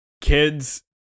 kids